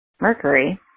mercury